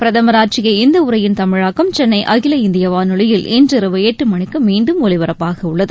பிரதம் ஆற்றிய இந்த உரையின் தமிழாக்கம் சென்னை அகில இந்திய வானொலியில் இன்றிரவு எட்டு மணிக்கு மீண்டும் ஒலிபரப்பாகவுள்ளது